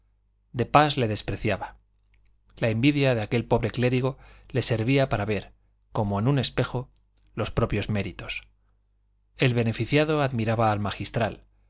de pas le despreciaba la envidia de aquel pobre clérigo le servía para ver como en un espejo los propios méritos el beneficiado admiraba al magistral